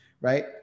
right